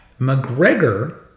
McGregor